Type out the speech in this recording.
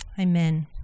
amen